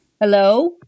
Hello